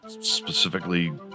specifically